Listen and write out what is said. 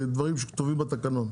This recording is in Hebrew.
לדברים שכתובים בתקנון.